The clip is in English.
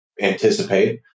anticipate